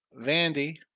Vandy